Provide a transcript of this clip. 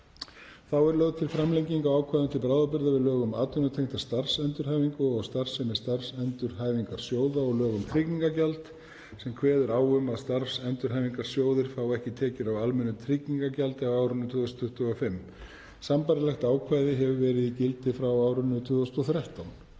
er til framlenging á ákvæðum til bráðabirgða við lög um atvinnutengda starfsendurhæfingu og starfsemi starfsendurhæfingarsjóða og lög um tryggingagjald sem kveður á um að starfsendurhæfingarsjóðir fái ekki tekjur af almennu tryggingagjaldi á árinu 2025. Sambærilegt ákvæði hefur verið í gildi frá árinu 2013.